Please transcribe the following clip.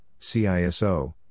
CISO